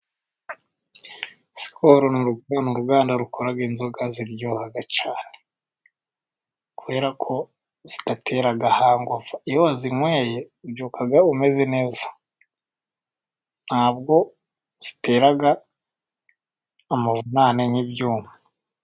SKOL uruganda rukora inzoga ziryoha cyane kubera ko zidatera hangova. Iyo wazinyweye ubyuka umeze neza ntabwo zitera amavunane nk'ibyuma.